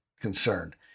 concerned